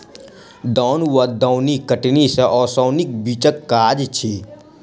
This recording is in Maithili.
दौन वा दौनी कटनी आ ओसौनीक बीचक काज अछि